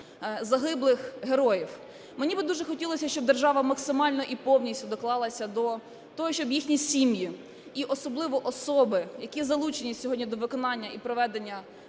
Мені би дуже хотілося, щоб держава максимально і повністю доклалася до того, щоб їхні сім'ї і особливо особи, які залучені сьогодні до виконання і проведення,